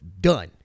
done